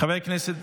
חבר הכנסת